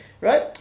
right